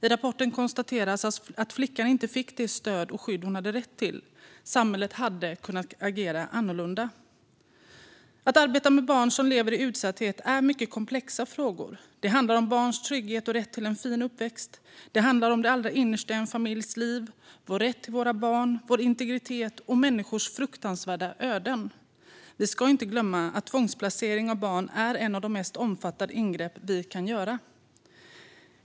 I rapporten konstateras att flickan inte fick det stöd och skydd hon hade rätt till. Samhället hade kunnat agera annorlunda. Att arbeta med barn som lever i utsatthet är mycket komplexa frågor. Det handlar om barns trygghet och rätt till en fin uppväxt. Det handlar om det allra innersta i en familjs liv, vår rätt till våra barn, vår integritet och människors fruktansvärda öden. Vi ska inte glömma att tvångsplacering av barn är ett av de mest omfattande ingrepp vi kan göra.